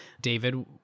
David